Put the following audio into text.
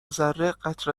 ذره٬قطره